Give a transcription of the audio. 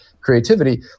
creativity